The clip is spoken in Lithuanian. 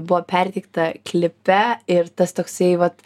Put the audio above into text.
buvo perteikta klipe ir tas toksai vat